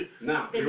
Now